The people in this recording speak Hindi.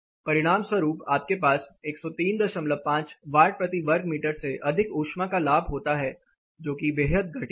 परिणामस्वरूप आपके पास 1035 वाट प्रति वर्ग मीटर से अधिक ऊष्मा का लाभ होता है जो कि बेहद घटिया है